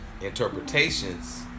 interpretations